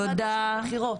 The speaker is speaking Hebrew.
עוד מעט יש בחירות.